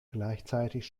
gleichzeitig